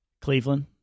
Cleveland